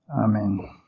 Amen